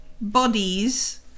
bodies